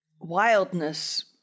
Wildness